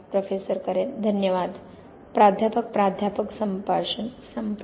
professor Karen धन्यवाद प्राध्यापक - प्राध्यापक संभाषण संपले